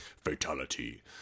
fatality